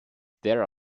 there